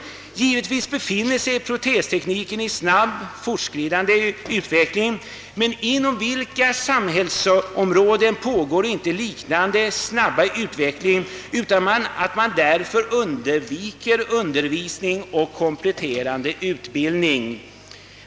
Givetvis befinner sig protestekniken i snabb, fortskridande utveckling, men inom vilka samhällsområden pågår inte en liknande snabb utveckling utan att man därför undviker undervisning och kompletterande utbildning.